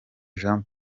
jean